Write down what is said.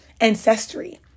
ancestry